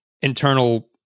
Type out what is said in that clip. internal